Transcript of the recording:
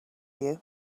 you